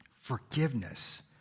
Forgiveness